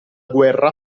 guerra